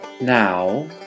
Now